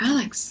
Alex